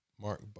Mark